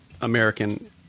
American